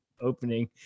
opening